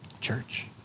church